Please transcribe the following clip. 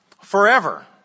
forever